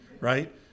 right